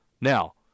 Now